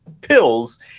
pills